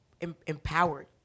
empowered